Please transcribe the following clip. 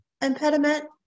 impediment